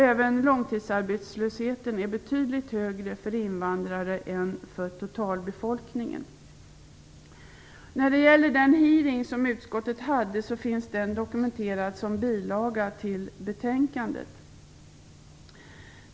Även långtidsarbetslösheten är betydligt högre för invandrare än för totalbefolkningen. Den hearing som utskottet hade finns dokumenterad i en bilaga till betänkandet.